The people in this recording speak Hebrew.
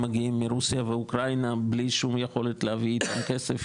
מגיעים מרוסיה ואוקראינה בלי שום יכול להביא איתם כסף